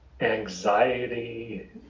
anxiety